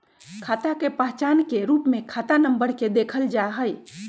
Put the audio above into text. खाता के पहचान के रूप में खाता नम्बर के देखल जा हई